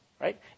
right